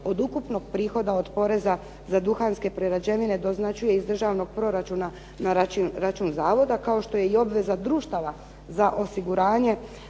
od ukupnog prihoda od poreza za duhanske prerađevine doznačuje iz državnog proračuna na račun zavoda kao što je i obveza društava za osiguranje